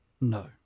No